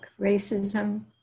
racism